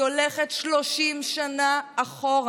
והיא הולכת 30 שנה אחורה.